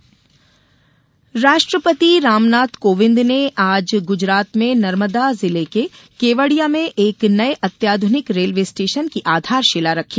राष्ट्रपति गुजरात राष्ट्रपति रामनाथ कोविंद ने आज गुजरात में नर्मदा जिले के केवड़िया में एक नये अत्याध्रनिक रेलवे स्टेशन की आधारशीला रखी